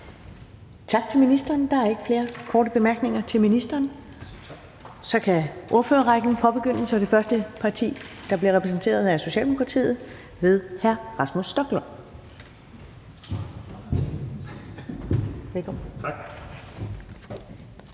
Tak til ministeren. Der er ikke flere korte bemærkninger til ministeren. Så kan ordførerrækken påbegyndes, og det første parti, der bliver repræsenteret, er Socialdemokratiet ved hr. Rasmus Stoklund. Velkommen. Kl.